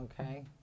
Okay